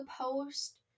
post